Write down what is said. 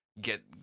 get